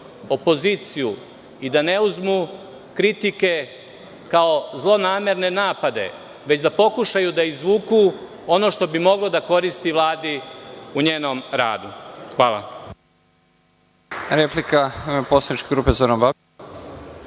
opoziciju i da ne uzmu kritike kao zlonamerne napade, već da pokušaju da izvuku ono što bi moglo da koristi Vladi u njenom radu. Hvala.